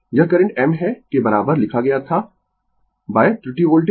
यह current m है के बराबर लिखा गया था त्रुटि वोल्टेज